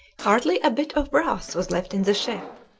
hardly a bit of brass was left in the ship.